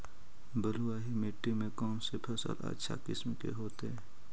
बलुआही मिट्टी में कौन से फसल अच्छा किस्म के होतै?